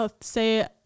say